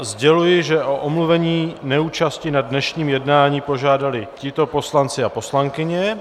Sděluji, že o omluvení neúčasti na dnešním jednání požádali tito poslanci a poslankyně.